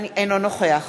אינו נוכח